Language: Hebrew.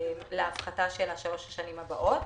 להפחתה של שלוש השנים הבאות.